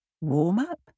Warm-up